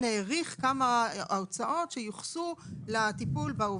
הוא העריך כמה ההוצאות שיוחסו לטיפול בעובדים.